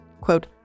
quote